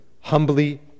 humbly